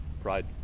pride